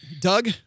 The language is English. Doug